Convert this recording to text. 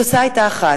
התוצאה היתה אחת.